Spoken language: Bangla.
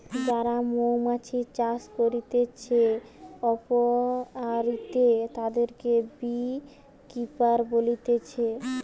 যারা মৌমাছি চাষ করতিছে অপিয়ারীতে, তাদিরকে বী কিপার বলতিছে